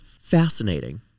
fascinating